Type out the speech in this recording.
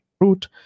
root